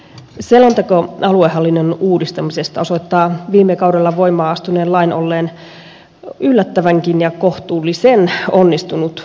selonteko aluehallinnon uudistamisesta osoittaa viime kaudella voimaan astuneen lain olleen yllättävänkin ja kohtuullisen onnistunut